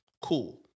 Cool